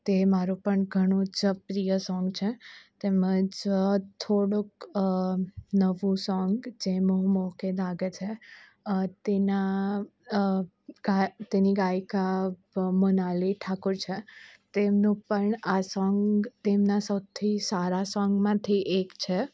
તે મારું પણ ઘણું જ પ્રિય સોંગ છે તેમ જ થોડુંક નવુ સોંગ જે મોહ મોહકે ધાગે છે તેના ગા તેની ગાયિકા મોનાલી ઠાકોર છે તેમનું પણ આ સોંગ તેમના સૌથી સારા સોંગમાંથી એક છે